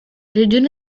regione